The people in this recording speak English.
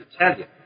Italian